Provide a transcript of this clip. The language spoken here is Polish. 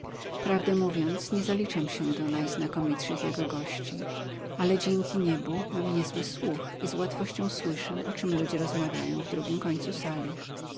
prawdę mówiąc nie zaliczam się do najznakomitszych jego gości ale dzięki niebu mam niezły słuch i z łatwością słyszę o czym ludzie rozmawiają w drugim końcu sali